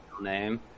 name